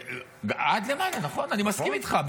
עד למעלה, נכון, אני מסכים איתך.